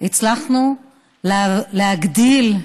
הצלחנו להגדיל,